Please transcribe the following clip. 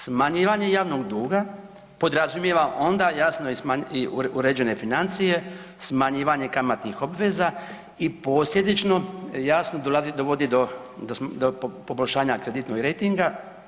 Smanjivanje javnog duga podrazumijeva onda jasno i uređene financije, smanjivanje kamatnih obveza i posljedično jasno dovodi do poboljšanja kreditnog rejtinga.